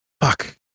fuck